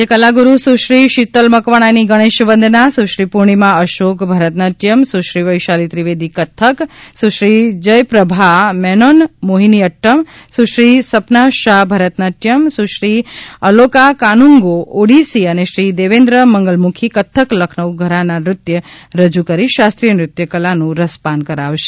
આજે કલાગુરૂ સુશ્રી શીતલ મકવાણાની ગણેશ વંદના Sushri Purnima Ashok Bharatanatyam Sushri Vaishali Trivedi Kathak Sushri Jayaprabha Menon Mohiniyattam Sushri Sapna Shah Bharatanatyam Sushri Aloka Kanungo Odissi અને શ્રી દેવેન્દ્ર મંગલમુખી કથ્થક લખનઉ ઘરાના નૃત્ય રજૂ કરી શાસ્ત્રીય નૃત્ય કલાનું રસપાન કરાવશે